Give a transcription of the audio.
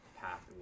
path